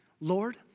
Lord